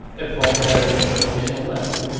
evocative, emotional level.